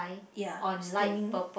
ya steaming